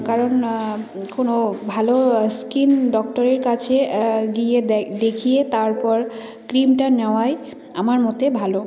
কারণ কোনও ভালো স্কিন ডক্টরের কাছে গিয়ে দেখিয়ে তারপর ক্রিমটা নেওয়াই আমার মতে ভালো